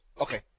Okay